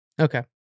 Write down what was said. okay